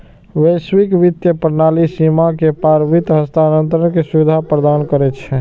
वैश्विक वित्तीय प्रणाली सीमा के पार वित्त हस्तांतरण के सुविधा प्रदान करै छै